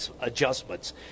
adjustments